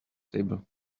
table